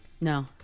No